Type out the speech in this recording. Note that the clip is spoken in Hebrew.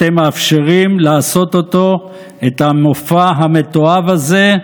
אתם מאפשרים לעשות אותו, את המופע המתועב הזה,